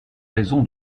raison